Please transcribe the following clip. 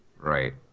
Right